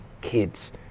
kids